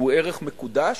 שהוא ערך מקודש,